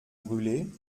brulé